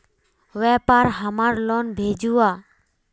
व्यापार हमार लोन भेजुआ?